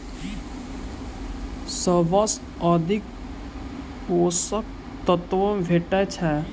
सबसँ अधिक पोसक तत्व भेटय छै?